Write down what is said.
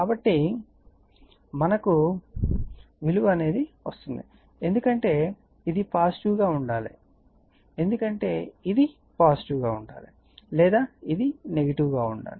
కాబట్టి మనకు విలువ లభిస్తుంది ఎందుకంటే ఇది పాజిటివ్ గా ఉండాలి ఎందుకంటే ఇది పాజిటివ్ గా ఉండాలి లేదా ఇది నెగిటివ్ గా ఉండాలి